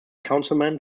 councilman